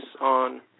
on